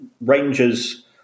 Rangers